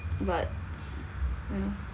but ya